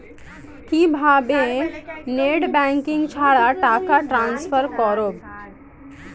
কিভাবে net banking ছাড়া টাকা টান্সফার করব?